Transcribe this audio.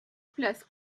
place